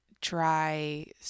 dry